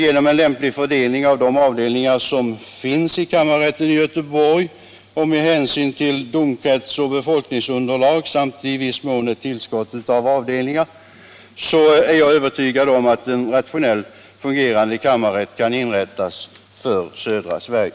Genom en lämplig fördelning av de avdelningar som finns i kammarrätten i Göteborg och med hänsyn till domkrets och befolkningsunderlag samt i viss mån ett tillskott av avdelningar kan — det är jag övertygad om =— en rationellt fungerande kammarrätt inrättas för södra Sverige.